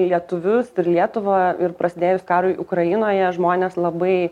lietuvius ir lietuvą ir prasidėjus karui ukrainoje žmonės labai